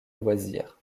loisir